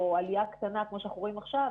או עלייה קטנה כמו שאנחנו רואים עכשיו,